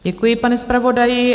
Děkuji panu zpravodaji.